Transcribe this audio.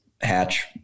hatch